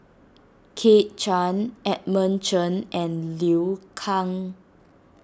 Kit Chan Edmund Chen and Liu Kang